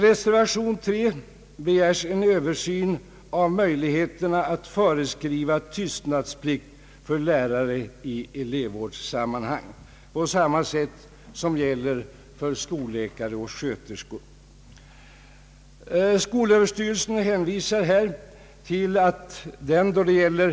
I reservationen 3 begärs en översyn av möjligheterna att föreskriva tystnadsplikt för lärare i elevvårdssammanhang på samma sätt som gäller för skolläkare och skolsköterskor. Jag vet mycket väl att detta kan vara en kontroversiell fråga. Det finns skäl för och emot.